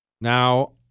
Now